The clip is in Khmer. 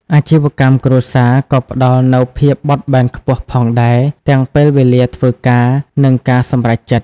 អាជីវកម្មគ្រួសារក៏ផ្ដល់នូវភាពបត់បែនខ្ពស់ផងដែរ ទាំងពេលវេលាធ្វើការ និងការសម្រេចចិត្ត។